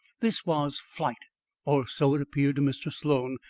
this was flight or so it appeared to mr. sloan,